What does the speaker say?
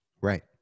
Right